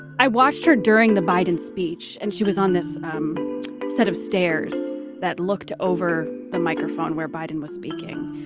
i watched her during the biden speech and she was on this um set of stairs that looked over the microphone where biden was speaking.